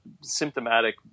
symptomatic